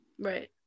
Right